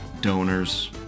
donors